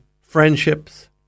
friendships